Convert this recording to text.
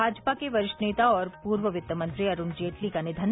भाजपा के वरिष्ठ नेता और पूर्व वित्त मंत्री अरूण जेटली का निघन